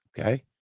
Okay